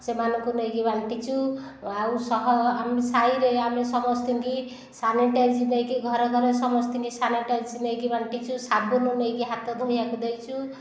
ସେମାନଙ୍କୁ ନେଇକି ବାଣ୍ଟିଛୁ ଓ ଆମେ ସାହିରେ ଆମେ ସମସ୍ତଙ୍କୁ ସାନିଟାଇଜର ଦେଇକି ଘରଦ୍ୱାର ସମସ୍ତଙ୍କୁ ସାନିଟାଇଜର ନେଇକି ବାଣ୍ଟିଛୁ ସାବୁନ ନେଇକି ହାତ ଧୋଇବାକୁ ଦେଇଛୁ